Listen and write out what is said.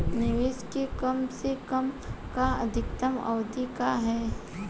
निवेश के कम से कम आ अधिकतम अवधि का है?